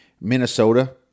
Minnesota